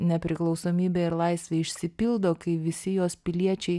nepriklausomybė ir laisvė išsipildo kai visi jos piliečiai